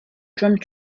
drum